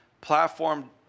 platform